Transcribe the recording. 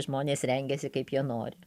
žmonės rengiasi kaip jie nori